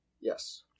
Yes